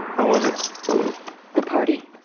i was at the party.